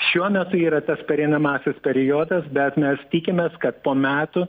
šiuo metu yra tas pereinamasis periodas bet mes tikimės kad po metų